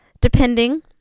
Depending